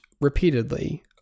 repeatedly